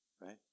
right